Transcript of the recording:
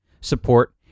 support